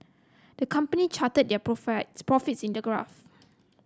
the company charted their profits in the graph